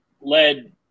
led